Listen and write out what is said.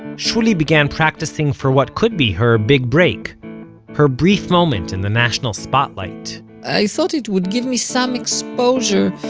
shuly began practicing for what could be her big break her brief moment in the national spotlight i thought it would give me some exposure,